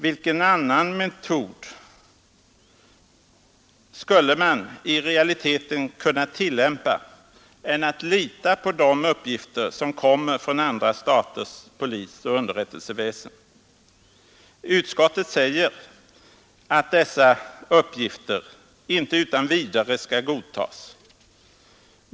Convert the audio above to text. Vilken annan metod skulle man i realiteten kunna tillämpa än att lita på de uppgifter som kommer från andra staters polisoch underrättelseväsen? Utskottet säger ju att de ”inte utan vidare skall godtas”.